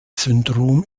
syndrom